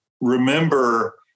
remember